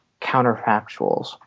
counterfactuals